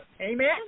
Amen